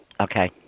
Okay